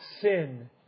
sin